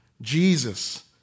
Jesus